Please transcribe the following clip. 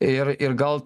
ir ir gal